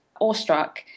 awestruck